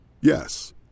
Yes